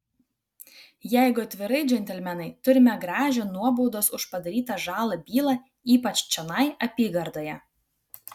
jeigu atvirai džentelmenai turime gražią nuobaudos už padarytą žalą bylą ypač čionai apygardoje